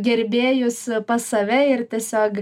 gerbėjus pas save ir tiesiog